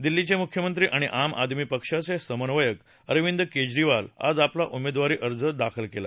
दिल्लीचे मुख्यमंत्री आणि आम आदमी पक्षाचे समन्वयक अरविंद केजरीवाल आज आपला उमेदवारी अर्ज दाखल करतील